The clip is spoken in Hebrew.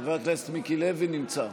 חבר הכנסת מיקי לוי נמצא.